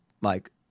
Mike